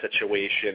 situation